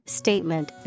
statement